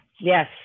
yes